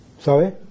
Sorry